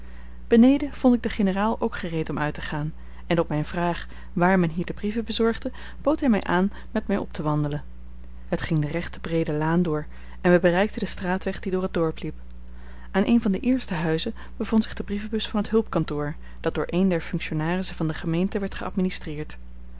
beneden vond ik den generaal ook gereed om uit te gaan en op mijne vraag waar men hier de brieven bezorgde bood hij mij aan met mij op te wandelen het ging de rechte breede laan door en wij bereikten den straatweg die door het dorp liep aan een van de eerste huizen bevond zich de brievenbus van het hulpkantoor dat door een der functionarissen van de gemeente werd